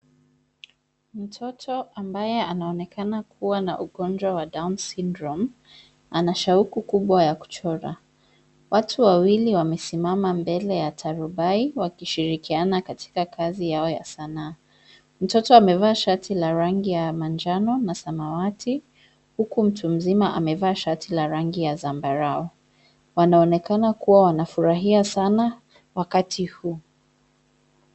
Mtoto ambaye anaonekana kuwa na ugonjwa wa Downs Syndrome ana shauku kubwa ya kuchora. Watu wawili wamesimama mbele ya tarubai wakishirikiana katika kazi yao ya sanaa. Mtoto amevaa shati la rangi ya manjano na samawati, huku mtu mzima amevaa shati la rangi ya zambarau wanaonekana kuwa wanafurahia sana wakati huu.